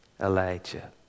Elijah